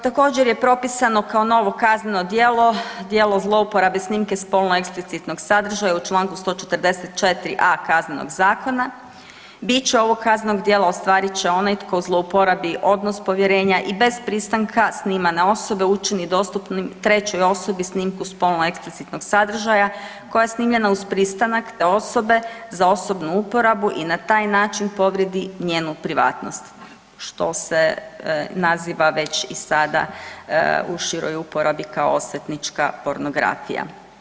Također je propisano kao novo kazneno djelo, djelo zlouporabe snimke spolno eksplicitnog sadržaja u čl. 144.a KZ-a … ovog kaznenog djela ostvarit će onaj tko zlouporabi odnos povjerenja i bez pristanka snimane osobe učini dostupnim trećoj osobi snimku spolno eksplicitnog sadržaja koja je snimljena uz pristanak te osobe za osobnu uporabu i na taj način povrijedi njenu privatnost, što se iz naziva već i sad u široj uporabi kao osvetnička pornografija.